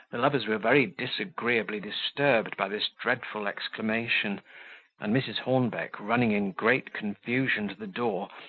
lovers were very disagreeably disturbed by this dreadful exclamation and mrs. hornbeck, running in great confusion to the door,